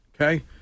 Okay